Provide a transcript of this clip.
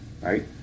Right